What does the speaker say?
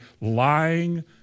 lying